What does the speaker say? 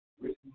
written